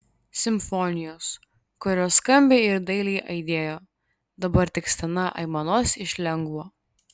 simfonijos kurios skambiai ir dailiai aidėjo dabar tik stena aimanos iš lengvo